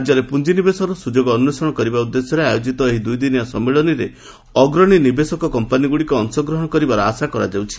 ରାଜ୍ୟରେ ପୁଞ୍ଜିନିବେଶର ସୁଯୋଗ ଅନ୍ୱେଷଣ କରିବା ଉଦ୍ଦେଶ୍ୟରେ ଆୟୋଜିତ ଏହି ଦୁଇଦିନିଆ ସମ୍ମିଳନୀରେ ଅଗ୍ରଣୀ ନିବେଶକ କମ୍ପାନୀଗୁଡ଼ିକ ଅଂଶଗ୍ରହଣ କରିବାର ଆଶା କରାଯାଉଛି